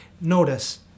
Notice